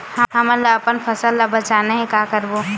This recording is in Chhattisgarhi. हमन ला अपन फसल ला बचाना हे का करबो?